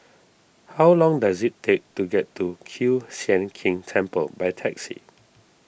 how long does it take to get to Kiew Sian King Temple by taxi